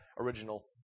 original